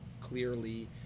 clearly